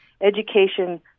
education